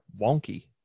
wonky